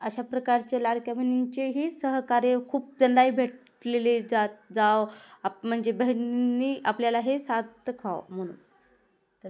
अशा प्रकारच्या लाडक्या बहिणींचेही सहकार्य खूप जण ही भेटलेले जात जाव आप म्हणजे बहिणींनी आपल्याला हे साथ खावं म्हणून तर